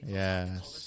yes